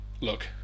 look